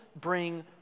bring